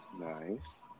Nice